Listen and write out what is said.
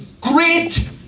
great